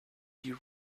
you